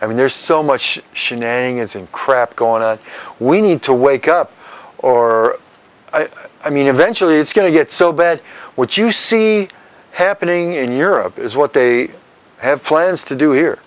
i mean there's so much shenanigans in crap going on we need to wake up or i mean eventually it's going to get so bad what you see happening in europe is what they have plans to do here